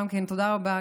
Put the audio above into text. גם תודה רבה,